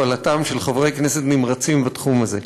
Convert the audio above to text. בהובלתם של חברי כנסת נמרצים בתחום הזה.